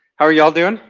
how are you all doing?